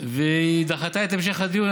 והיא דחתה את המשך הדיון.